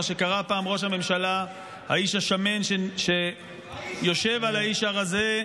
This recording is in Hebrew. מה שקרא פעם ראש הממשלה: האיש השמן שיושב על האיש הרזה.